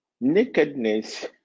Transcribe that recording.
Nakedness